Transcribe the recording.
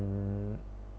uh